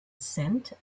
scent